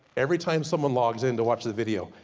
every time someone logs in to watch the video,